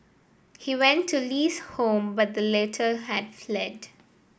he went to Li's home but the latter had fled